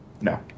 No